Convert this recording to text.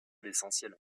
l’essentiel